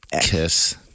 kiss